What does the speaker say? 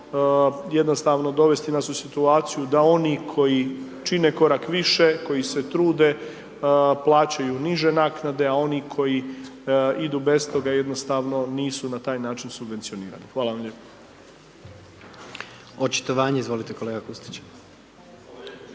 jednostavno dovesti nas u situaciju da oni koji čine korak više, koji se trude, plaćaju niže naknade, a oni koji idu bez toga, jednostavno nisu na taj način subvencionirani. Hvala vam lijepo. **Jandroković,